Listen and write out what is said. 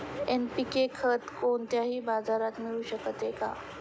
NPK खत कोणत्याही बाजारात मिळू शकते का?